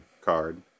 card